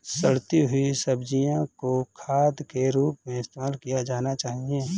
सड़ती हुई सब्जियां को खाद के रूप में इस्तेमाल किया जाना चाहिए